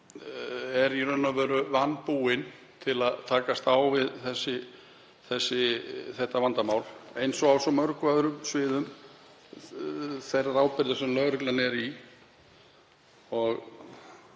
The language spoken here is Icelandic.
er í raun og veru vanbúin til að takast á við þetta vandamál, eins og á svo mörgum öðrum sviðum þeirrar ábyrgðar sem lögreglan ber, og